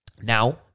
Now